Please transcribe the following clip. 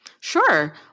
Sure